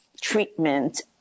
treatment